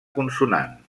consonant